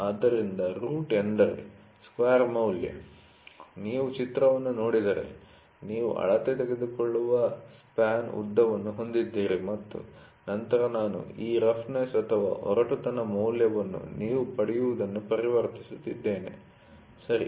ಆದ್ದರಿಂದ ರೂಟ್ ಎಂದರೆ ಸ್ಕ್ವೇರ್ ಮೌಲ್ಯ ನೀವು ಚಿತ್ರವನ್ನು ನೋಡಿದರೆ ನೀವು ಅಳತೆ ತೆಗೆದುಕೊಳ್ಳುವ ಸ್ಪಾನ್ ಉದ್ದವನ್ನು ಹೊಂದಿದ್ದೀರಿ ಮತ್ತು ನಂತರ ನಾನು ಈ ರಫ್ನೆಸ್ಒರಟುತನ ಮೌಲ್ಯವನ್ನು ನೀವು ಪಡೆಯುವದನ್ನು ಪರಿವರ್ತಿಸುತ್ತಿದ್ದೇನೆ ಸರಿ